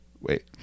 wait